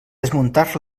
desmuntar